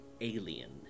Alien